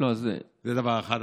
זה דבר אחד.